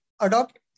adopt